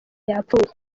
yapfuye